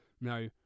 now